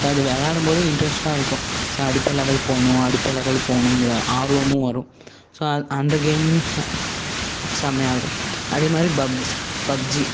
so அது விளையாடும்போதே இன்ட்ரெஸ்ட்டாக இருக்கும் ஸோ அடுத்த லெவல் போகணும் அடுத்த லெவல் போகணுங்கிற ஆர்வமும் வரும் ஸோ அது அந்த கேமும் செமையாக இருக்கும் அதே மாதிரி பப்ஸ் பப்ஜி